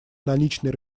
наличный